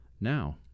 now